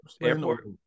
airport